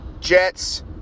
Jets